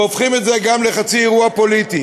הופכים את זה גם לחצי אירוע פוליטי.